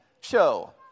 Show